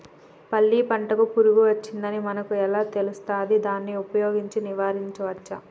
పల్లి పంటకు పురుగు వచ్చిందని మనకు ఎలా తెలుస్తది దాన్ని ఉపయోగించి నివారించవచ్చా?